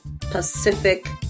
Pacific